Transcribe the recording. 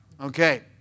Okay